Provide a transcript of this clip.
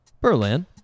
Berlin